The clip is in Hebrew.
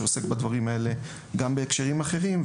שעוסק בדברים האלה גם בהקשרים אחרים.